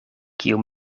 kiu